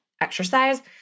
exercise